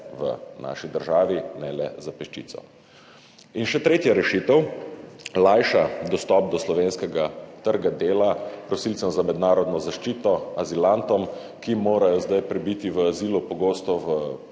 v naši državi, ne le za peščico. In še tretja rešitev lajša dostop do slovenskega trga dela prosilcem za mednarodno zaščito, azilantom, ki morajo zdaj prebiti v azilu pogosto v